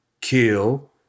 kill